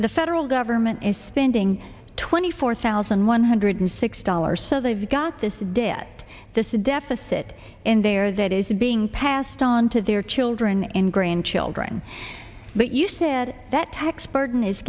the federal government is spending twenty four thousand one hundred six dollars so they've got this debt this deficit in there that is being passed on to their children and grandchildren but you said that tax burden is